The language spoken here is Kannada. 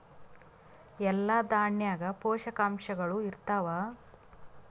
ಎಲ್ಲಾ ದಾಣ್ಯಾಗ ಪೋಷಕಾಂಶಗಳು ಇರತ್ತಾವ?